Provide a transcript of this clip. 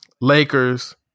Lakers